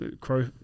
crow